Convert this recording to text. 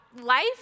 life